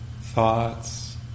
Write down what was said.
thoughts